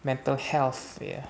mental health ya